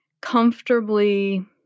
comfortably